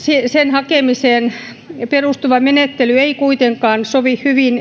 hakemiseen perustuva menettely ei kuitenkaan sovi hyvin